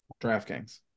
DraftKings